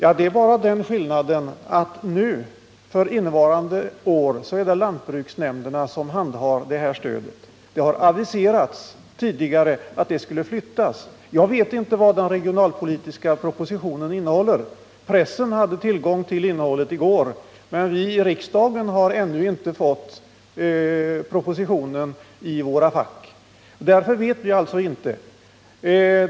Herr talman! Skillnaden är bara den att för innevarande år handhar lantbruksnämnderna detta stöd. Det har tidigare aviserats att handläggningen skulle flyttas. Jag vet inte vad den regionalpolitiska propositionen innehåller. Pressen hade tillgång till innehållet i går, men vi i riksdagen har ännu inte fått propositionen i våra fack. Därför vet vi ingenting.